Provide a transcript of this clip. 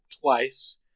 twice